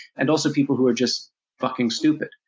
and also people who are just fucking stupid,